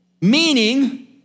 meaning